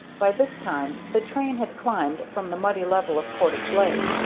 by this time the train had climbed from the muddy level of portage lake,